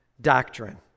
doctrine